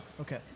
Okay